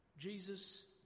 Jesus